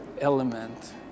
element